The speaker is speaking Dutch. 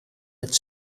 met